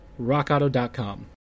rockauto.com